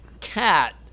cat